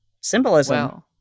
Symbolism